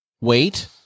wait